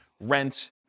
rent